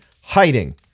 hiding